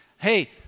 Hey